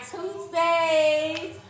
Tuesdays